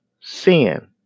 sin